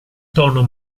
tono